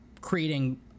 creating